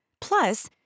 plus